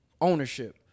ownership